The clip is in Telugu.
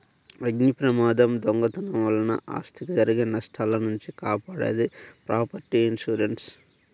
అగ్నిప్రమాదం, దొంగతనం వలన ఆస్తికి జరిగే నష్టాల నుంచి కాపాడేది ప్రాపర్టీ ఇన్సూరెన్స్